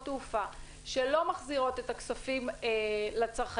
תעופה שלא מחזירות את הכספים לצרכנים,